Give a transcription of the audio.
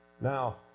now